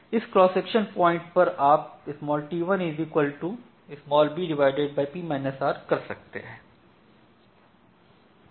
इस cross section point पर आप t1 b कर सकते हैं